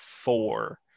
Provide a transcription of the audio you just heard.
four